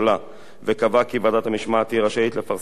וקבעה כי ועדת המשמעת תהיה רשאית לפרסם את החלטותיה